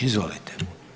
Izvolite.